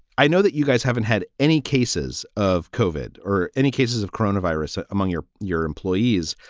i know that you guys haven't had any cases of covered or any cases of coronavirus ah among your your employees.